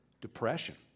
depression